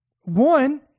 One